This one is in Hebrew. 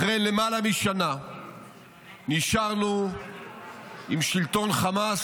אחרי למעלה משנה נשארנו עם שלטון חמאס,